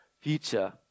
future